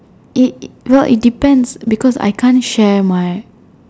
it well it depends because I can't share my